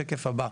השקף פה,